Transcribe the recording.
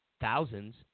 Thousands